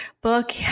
book